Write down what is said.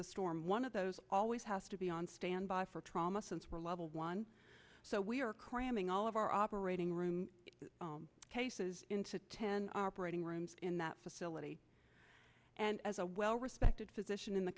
the storm one of those always has to be on standby for trauma since we're level one so we are cramming all of our operating room cases into ten operating rooms in that facility and as a well respected physician in the